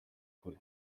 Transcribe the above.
kure